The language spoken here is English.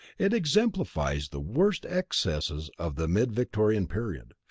it exemplifies the worst excesses of the mid-victorian period.